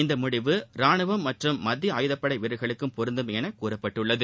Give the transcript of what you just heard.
இந்த முடிவு ராணுவம் மற்றும் மத்திய ஆயுதப்படை வீரர்களுக்கும் பொருந்தும் என கூறப்பட்டுள்ளது